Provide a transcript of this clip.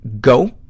go